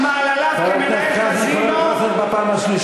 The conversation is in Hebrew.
על מעלליו כמנהל קזינו,